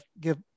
give